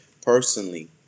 personally